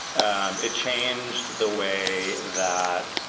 um it changed the way that,